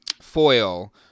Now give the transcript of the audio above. foil